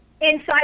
inside